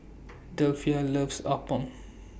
Delphia loves Appam